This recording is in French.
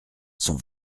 son